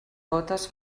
gotes